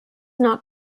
not